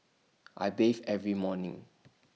I bathe every morning